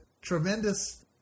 tremendous